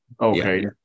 Okay